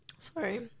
Sorry